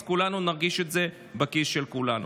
אז כולנו נרגיש את זה בכיס שלנו.